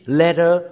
letter